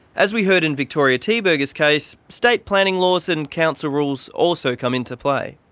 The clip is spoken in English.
as we heard in victoria thieberger's case, state planning laws and council rules also come into play.